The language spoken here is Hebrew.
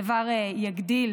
הדבר יגדיל